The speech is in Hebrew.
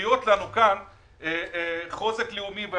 שמביאות לנו כאן חוזק לאומי.